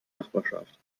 nachbarschaft